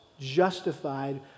justified